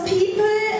people